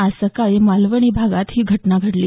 आज सकाळी मालवणी भागात ही घटना घडली